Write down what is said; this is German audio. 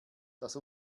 dass